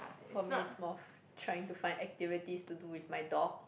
for me is more trying to find activities to do with my dog